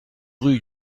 rue